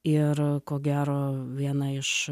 ir ko gero viena iš